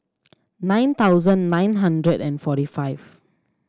nine thousand nine hundred and forty five